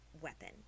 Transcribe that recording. weapon